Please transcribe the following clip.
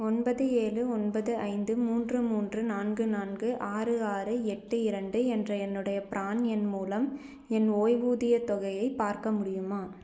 ஒன்பது ஏழு ஒன்பது ஐந்து மூன்று மூன்று நான்கு நான்கு ஆறு ஆறு எட்டு இரண்டு என்ற என்னுடைய ப்ரான் எண் மூலம் என் ஓய்வூதியத் தொகையை பார்க்க முடியுமா